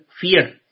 fear